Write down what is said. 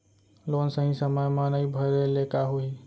Loan सही समय मा नई भरे ले का होही?